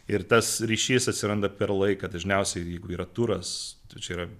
ir tas ryšys atsiranda per laiką dažniausiai jeigu yra turas čia yra